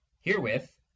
Herewith